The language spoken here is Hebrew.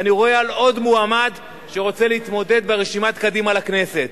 ואני רואה על עוד מועמד שרוצה להתמודד ברשימת קדימה לכנסת,